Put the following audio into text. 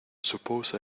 suppose